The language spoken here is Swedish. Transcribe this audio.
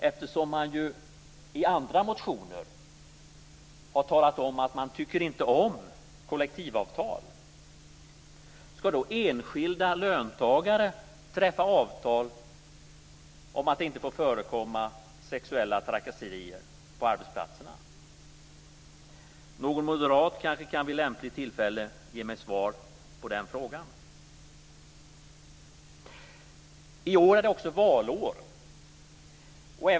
Man har ju i andra motioner talat om att man inte tycker om kollektivavtal. Skall då enskilda löntagare träffa avtal om att det inte får förekomma sexuella trakasserier på arbetsplatserna? Någon moderat kanske vid lämpligt tillfälle kan ge mig svar på den frågan. I år är det också valår.